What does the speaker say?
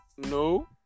No